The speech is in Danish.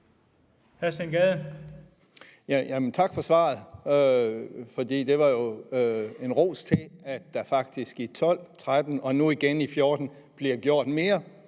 tak for svaret, for det var jo en ros til, at der faktisk i 2012, 2013 og nu igen i 2014 bliver gjort mere